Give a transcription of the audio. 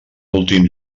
últim